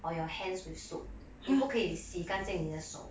or your hands with soap 你不可以洗干净你的手